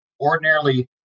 ordinarily